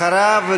אחריו,